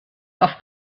auf